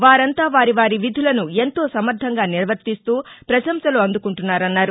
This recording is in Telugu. వారంతా వారి వారి విధులను ఎంతో సమర్గంగా నిర్వర్తిస్తూప్రశంసలు అందుకుంటున్నారన్నారు